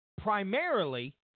primarily